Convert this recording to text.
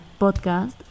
podcast